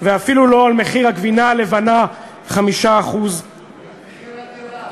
ואפילו לא בגלל מחיר הגבינה הלבנה 5%. מחיר הדירה,